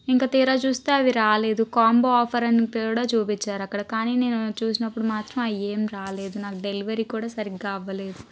ఇంకా తీరా చూస్తే అవి రాలేదు కాంబో ఆఫర్ అని కూడా చూపించారు అక్కడ కానీ నేను చూసినప్పుడు మాత్రం అయ్యేం రాలేదు నాకు డెలివరీ కూడా సరిగ్గా అవ్వలేదు